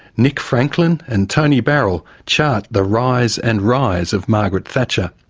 nick franklin and tony barrell chart the rise and rise of margaret thatcher.